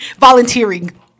Volunteering